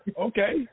Okay